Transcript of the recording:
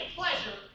pleasure